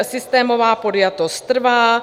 Systémová podjatost trvá.